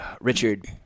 Richard